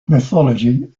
mythology